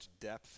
depth